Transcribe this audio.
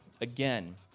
again